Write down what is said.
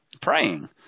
praying